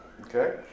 Okay